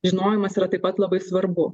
žinojimas yra taip pat labai svarbu